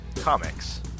Comics